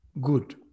good